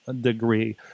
degree